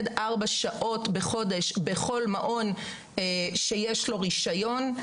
ארבע שעות בחודש בכל מעון שיש לו רישיון.